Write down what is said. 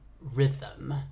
rhythm